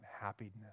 happiness